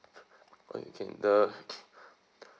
okay can the